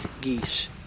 geese